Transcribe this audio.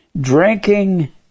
Drinking